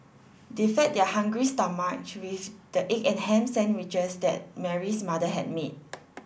they fed their hungry stomachs with the egg and ham sandwiches that Mary's mother had made